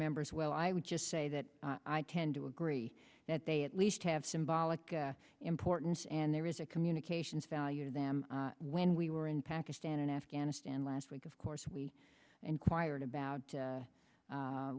members well i would just say that i tend to agree that they at least have symbolic importance and there is a communications value to them when we were in pakistan and afghanistan last week of course we inquired about